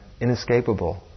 inescapable